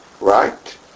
Right